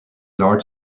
large